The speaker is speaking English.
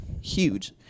huge